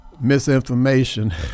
misinformation